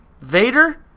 Vader